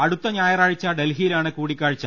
അടുത്ത ഞായറാഴ്ച ഡൽഹിയിലാണ് കൂടിക്കാ ഴ്ച